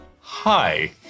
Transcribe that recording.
Hi